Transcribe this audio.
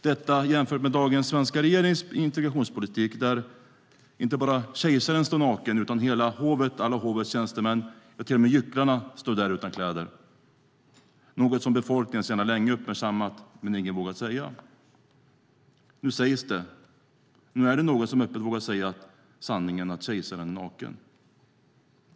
Det kan jämföras med den svenska regeringens integrationspolitik där inte bara kejsaren står naken utan hela hovet - alla hovets tjänstemän, ja, till och med gycklarna står där utan kläder, något som befolkningen sedan länge uppmärksammat men inget vågat säga. Nu sägs det. Nu är det någon som öppet vågar säga sanningen, att kejsaren är naken.